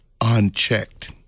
unchecked